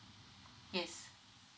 yes